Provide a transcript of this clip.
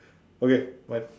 okay my